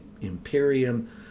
Imperium